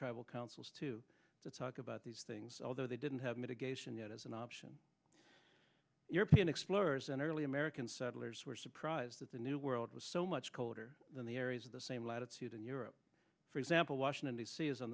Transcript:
tribal councils to talk about these things although they didn't have mitigation yet as an option european explorers and early american settlers were surprised that the new world was so much colder than the areas of the same latitude in europe for example washington d c is on